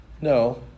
no